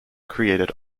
created